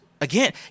Again